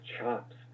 chops